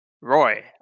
Roy